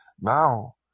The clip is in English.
now